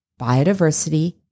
biodiversity